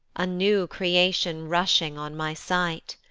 a new creation rushing on my sight?